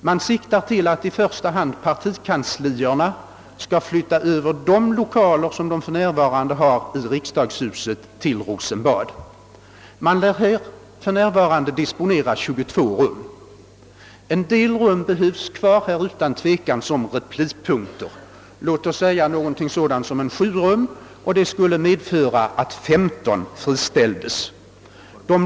Man siktar till att i första hand partikanslierna skall flytta över dit från de lokaler som de för närvarande har i riksdagshuset. Partikanslierna lär nu här disponera 22 rum. En del av dessa, kanske sju stycken, behöver partikanslierna utan tvekan ha kvar som replipunkter, 15 rum skulle alltså friställas.